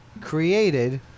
Created